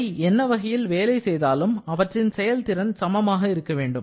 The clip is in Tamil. அவை என்ன வகையில் வேலை செய்தாலும் அவற்றின் செயல்திறன் சமமாக இருக்க வேண்டும்